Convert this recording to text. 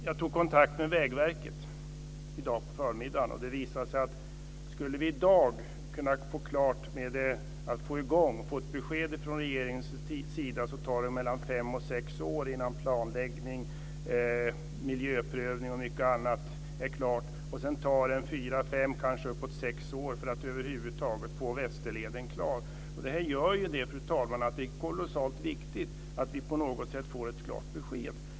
Jag tog kontakt med Vägverket i dag på förmiddagen, och det visade sig att skulle vi i dag kunna få klart med att få ett besked från regeringens sida så tar det mellan fem och sex år innan planläggning, miljöprövning och mycket annat är klart, och sedan tar det fyra, fem, kanske uppåt sex år för att över huvud taget få Västerleden klar. Det här gör ju, fru talman, att det är kolossalt viktigt att vi på något sätt får ett klart besked.